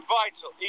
vital